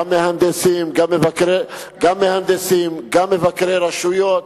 גם מהנדסים, גם מבקרי רשויות,